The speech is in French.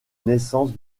naissance